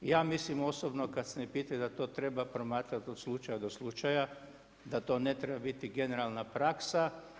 Ja mislim osobno kad ste me pitali da to treba promatrati od slučaja do slučaja, da to ne treba biti generalna praksa.